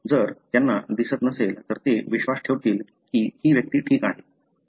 जर त्यांना दिसत नसेल तर ते विश्वास ठेवतील की ही व्यक्ती ठीक आहे